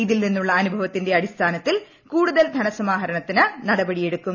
ഇതിൽ നിന്നുള്ള അനുഭവത്തിന്റെ അടിസ്ഥാനത്തിൽ കൂടുതൽ ധനസമാഹരണത്തിന് നടപടിയെടുക്കും